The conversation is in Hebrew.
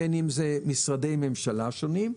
בין אם זה משרדי ממשלה שונים,